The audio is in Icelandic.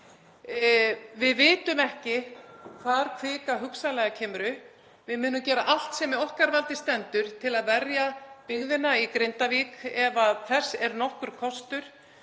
Við vitum ekki hvar kvika kemur hugsanlega upp. Við munum gera allt sem í okkar valdi stendur til að verja byggðina í Grindavík ef þess er nokkur kostur